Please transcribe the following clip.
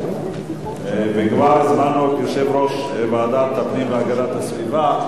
וכבר הזמנו את יושב-ראש ועדת הפנים והגנת הסביבה,